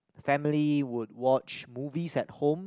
family would watch movies at home